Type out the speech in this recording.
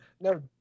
no